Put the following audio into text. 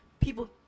People